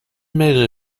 maigre